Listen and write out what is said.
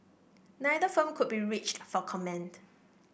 neither firm could be reached for comment